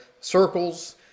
circles